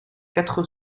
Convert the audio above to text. quatre